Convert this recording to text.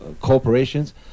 corporations